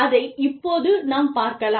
அதை இப்போது நாம் பார்க்கலாம்